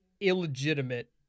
illegitimate